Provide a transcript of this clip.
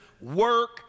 work